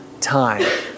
time